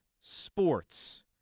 sports